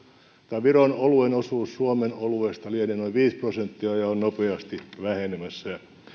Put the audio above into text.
viron oluen osuus suomen oluesta lienee noin viisi prosenttia ja on nopeasti vähenemässä